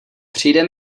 přijde